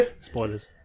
Spoilers